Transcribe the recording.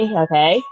okay